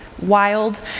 wild